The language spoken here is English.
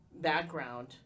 background